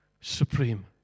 supreme